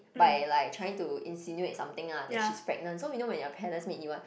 by like trying to insinuate something lah that she is pregnant so you know when you are palace maid you want